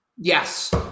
Yes